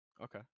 Okay